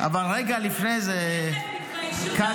אבל רגע לפני זה, קטי.